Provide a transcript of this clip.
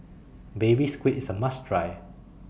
Baby Squid IS A must Try